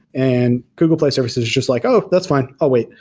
and google play services is just like, oh, that's fine. i'll wait.